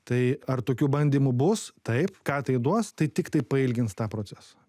tai ar tokių bandymų bus taip ką tai duos tai tiktai pailgins tą procesą